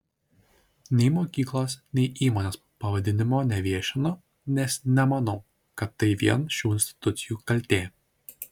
nei mokyklos nei įmonės pavadinimo neviešinu nes nemanau kad tai vien šių institucijų kaltė